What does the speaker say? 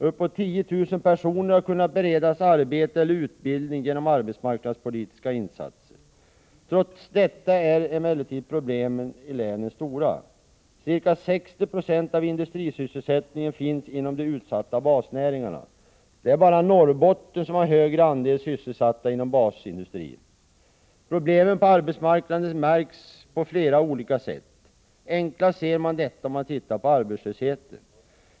Uppåt 10 000 personer har kunnat beredas arbete eller utbildning genom arbetsmarknadspolitiska insatser. Trots detta är emellertid problemen i länet stora. Ca 60 96 av industrisysselsättningen finns inom de utsatta basnäringarna. Bara Norrbotten har en högre andel sysselsätta inom basindustrin. Problemen på arbetsmarknaden märks på flera olika sätt. Enklast ser man detta om man tittar på arbetslösheten.